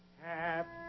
Happy